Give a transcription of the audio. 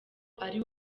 ari